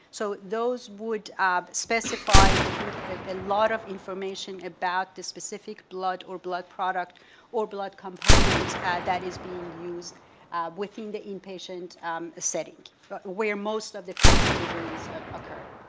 so those would specify i think a lot of information about the specific blood or blood product or blood component that is being used within the inpatient um setting where most of the transfusions and occur.